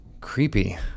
Creepy